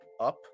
up